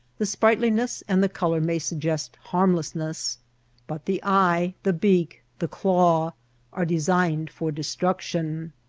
the sprightliness and the color may suggest harmlessness but the eye, the beak, the claw are designed for destruction.